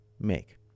make